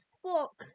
fuck